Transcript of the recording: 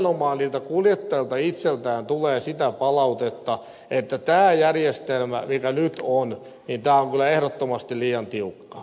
nimenomaan kuljettajilta itseltään tulee sitä palautetta että tämä järjestelmä mikä nyt on on kyllä ehdottomasti liian tiukka